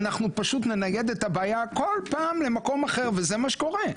אנחנו פשוט ננייד את הבעיה הכל פעם למקום אחר וזה מה שקורה,